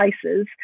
places